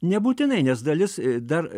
nebūtinai nes dalis dar